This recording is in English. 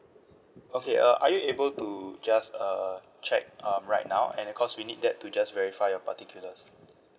okay uh are you able to just uh check um right now cause we need that to just verify your particulars